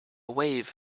wave